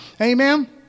Amen